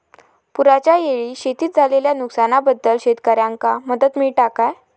पुराच्यायेळी शेतीत झालेल्या नुकसनाबद्दल शेतकऱ्यांका मदत मिळता काय?